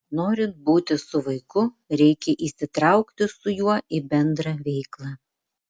norint būti su vaiku reikia įsitraukti su juo į bendrą veiklą